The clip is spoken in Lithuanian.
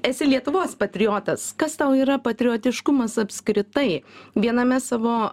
esi lietuvos patriotas kas tau yra patriotiškumas apskritai viename savo